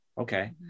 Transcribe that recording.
okay